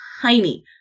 tiny